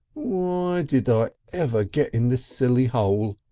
why did ever get in this silly hole?